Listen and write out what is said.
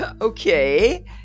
Okay